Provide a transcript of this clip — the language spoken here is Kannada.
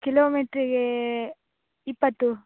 ಕಿಲೋಮೀಟ್ರಿಗೆ ಇಪ್ಪತ್ತು